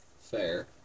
Fair